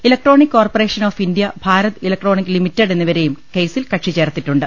electronic corporation of India Bharat electronic limited എന്നിവരെയും കേസിൽ കക്ഷി ചേർത്തിട്ടുണ്ട്